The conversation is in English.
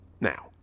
now